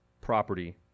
property